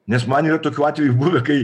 nes man yra tokių atvejų buvę kai